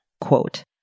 quote